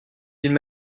d’une